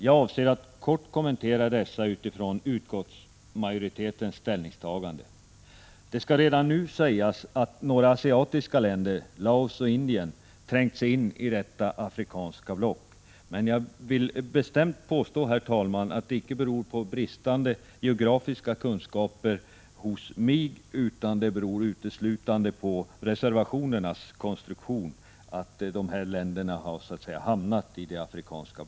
Jag avser att kort kommentera dessa utifrån utskottsmajoritetens ställningstagande. Det skall redan nu sägas att några asiatiska länder — Laos och Indien — trängt sig in i detta afrikanska block. Men jag vill bestämt påstå, herr talman, att det inte beror på bristande geografiska kunskaper hos mig utan det beror uteslutande på reservationernas konstruktion. Herr talman!